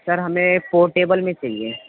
سر ہمیں four table میں چاہیے